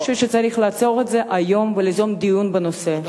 אני חושבת שצריך לעצור את זה היום וליזום דיון בנושא.